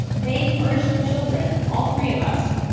they urged their children, all three of us,